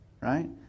right